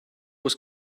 was